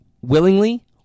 Willingly